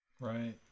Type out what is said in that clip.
Right